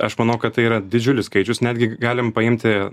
aš manau kad tai yra didžiulis skaičius netgi galim paimti